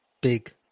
Big